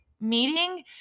meeting